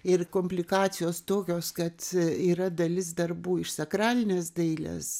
ir komplikacijos tokios kad yra dalis darbų iš sakralinės dailės